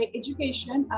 education